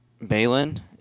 Balin